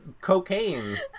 cocaine